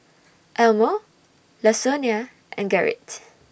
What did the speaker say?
Elmore Lasonya and Gerrit